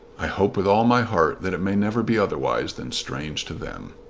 i hope with all my heart that it may never be otherwise than strange to them.